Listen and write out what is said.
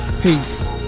peace